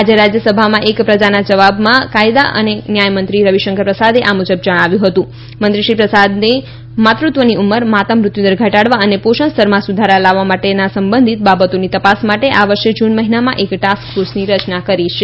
આજે રાજ્યસભામાં એક પ્રજાનાં જવાબમાં કાયદા અને ન્યાયમંત્રી રવિશંકર પ્રસાદે આ મુજબ જણાવ્યું મંત્રી શ્રી પ્રસાદએ માતૃત્વની ઉમર માતા મૃત્યુદર ધટાડવા અને પોષણ સ્તરમાં સુધારા લાવવા માટેનાં સંબંધીત બાબતોની તપાસ માટે આ વર્ષે જૂન મહિનામાં એક ટાસ્ક ફોર્સની ર ચનાં કરાઈ છે